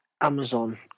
Amazon